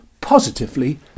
positively